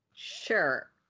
Sure